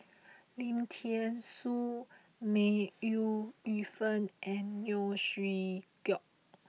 Lim Thean Soo May Ooi Yu Fen and Neo Chwee Kok